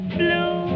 blue